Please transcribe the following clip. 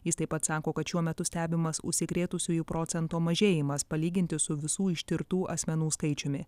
jis taip pat sako kad šiuo metu stebimas užsikrėtusiųjų procento mažėjimas palyginti su visų ištirtų asmenų skaičiumi